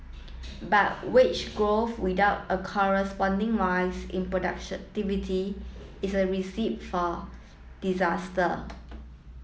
but wage growth without a corresponding rise in productiontivity is a recipe for disaster